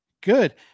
Good